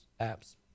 apps